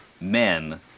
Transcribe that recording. men